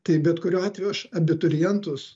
tai bet kuriuo atveju aš abiturientus